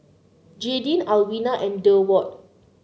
Jadyn Alwina and Durward